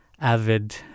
avid